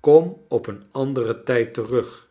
kom op een anderen tijd terug